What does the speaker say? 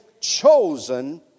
chosen